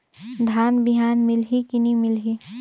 धान बिहान मिलही की नी मिलही?